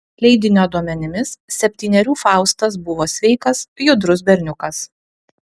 leidinio duomenimis septynerių faustas buvo sveikas judrus berniukas